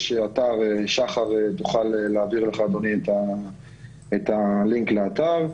שחר תוכל להעביר לך, אדוני, את הלינק לאתר.